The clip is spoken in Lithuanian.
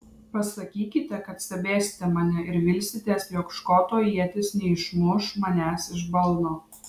pasakykite kad stebėsite mane ir vilsitės jog škoto ietis neišmuš manęs iš balno